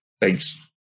Thanks